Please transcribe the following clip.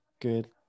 good